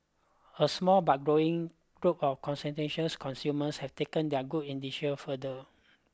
a small but growing group of consumers have taken their good further